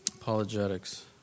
apologetics